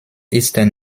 eastern